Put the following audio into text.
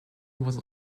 was